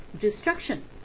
destruction